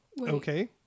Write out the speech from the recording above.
Okay